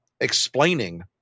explaining